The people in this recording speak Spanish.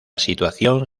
situación